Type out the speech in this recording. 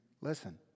listen